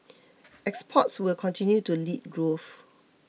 exports will continue to lead growth